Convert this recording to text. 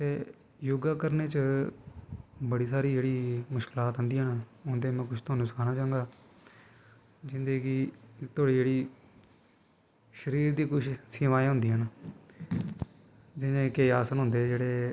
ते योगा करने च बड़ी सारी जेह्ड़ी मुश्कलात आंदियां न उंदे चा में कुशतोआनू सखानां चांह्गा जिंदे च कि तोआड़ी जेह्ड़ी शरीर दी कुश सेवाएं होंदियां न जियां कि आसन होंदे जेह्ड़े